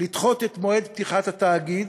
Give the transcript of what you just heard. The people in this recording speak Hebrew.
לדחות את מועד פתיחת התאגיד.